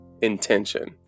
intention